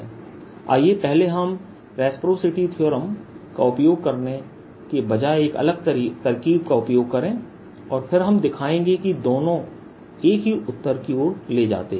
आइए पहले हम रेसप्रासिटी थीअरम का उपयोग करने के बजाय एक अलग तरकीब का उपयोग करें और फिर हम दिखाएंगे कि दोनों एक ही उत्तर की ओर ले जाते हैं